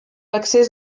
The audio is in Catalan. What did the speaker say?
accés